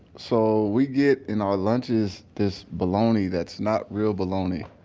so, we get in our lunches this bologna that's not real bologna.